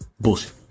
Bullshit